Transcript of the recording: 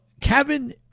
Kevin